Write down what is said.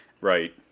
Right